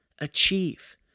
achieve